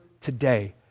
today